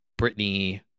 Britney